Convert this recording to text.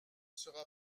sera